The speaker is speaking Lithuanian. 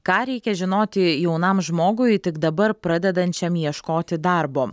ką reikia žinoti jaunam žmogui tik dabar pradedančiam ieškoti darbo